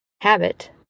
habit